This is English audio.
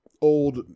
old